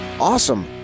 awesome